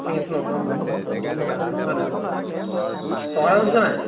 এই সেইটো নহয় মানে মই বহুত দিন মানে গাহৰি খোৱা নাই অ' কথাটো শুনিছ নাই